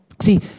See